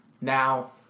Now